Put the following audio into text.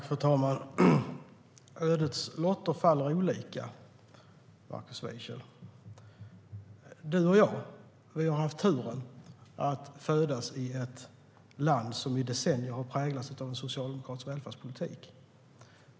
Fru talman! Ödets lotter faller olika, Markus Wiechel. Du och jag har haft turen att födas i ett land som i decennier har präglats av en socialdemokratisk välfärdspolitik.